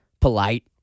polite